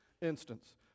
instance